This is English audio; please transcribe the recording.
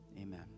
Amen